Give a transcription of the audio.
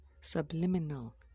subliminal